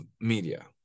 media